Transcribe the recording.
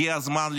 הגיע הזמן לשינוי.